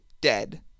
dead